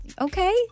Okay